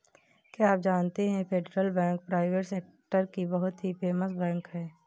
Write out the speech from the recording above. क्या आप जानते है फेडरल बैंक प्राइवेट सेक्टर की बहुत ही फेमस बैंक है?